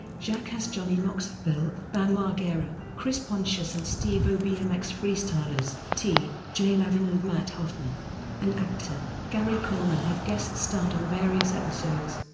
jackass johnny knoxville, bam margera, chris pontius and steve-o bmx freestylers, t. j. lavin and mat hoffman and actor, gary coleman have guest starred on various episodes.